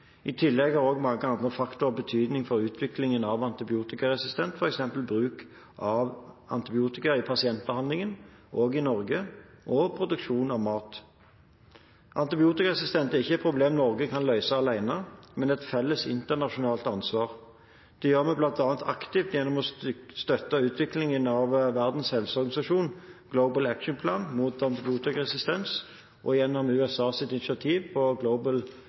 I tillegg har også mange andre faktorer betydning for utviklingen av antibiotikaresistens, f.eks. bruk av antibiotika i pasientbehandlingen, også i Norge, og produksjon av mat. Antibiotikaresistens er ikke et problem Norge kan løse alene, det er et felles internasjonalt ansvar. Det gjør vi bl.a. aktivt gjennom å støtte utviklingen av Verdens helseorganisasjons Global Action Plan mot antibiotikaresistens og gjennom USAs initiativ Global